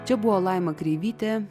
čia buvo laima kreivytė